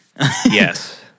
Yes